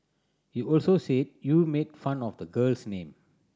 he also said you made fun of the girl's name